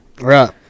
right